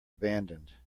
abandoned